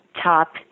top